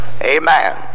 amen